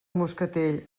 moscatell